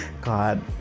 God